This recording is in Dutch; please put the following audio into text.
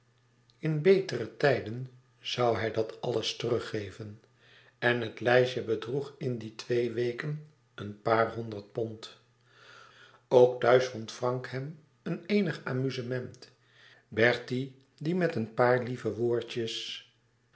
uitgaf in betere tijden zoû hij dat alles teruggeven en het lijstje bedroeg in die twee weken een paar honderd pond ook thuis vond frank hem een eenig amusement bertie die met een paar lieve woordjes